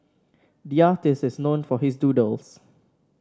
the artist is known for his doodles